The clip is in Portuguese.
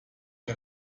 que